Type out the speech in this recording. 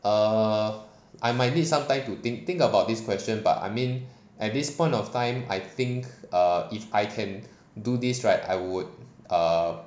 err I might need some time to think think about this question but I mean at this point of time I think err if items do this right I would err